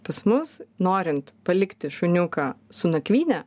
pas mus norint palikti šuniuką su nakvyne